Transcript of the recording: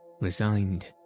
resigned